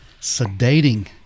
sedating